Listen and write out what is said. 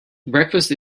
breakfast